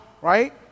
right